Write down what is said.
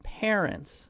parents